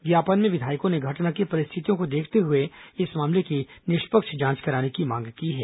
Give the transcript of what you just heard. ज्ञापन में विधायकों ने घटना की परिस्थितियों को देखते हुए इस मामले की निष्पक्ष जांच कराने की मांग की है